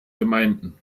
gemeinden